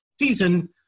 season